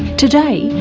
today,